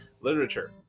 literature